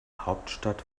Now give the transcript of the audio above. hauptstadt